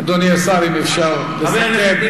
אדוני השר, אם אפשר לסכם.